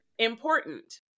Important